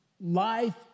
life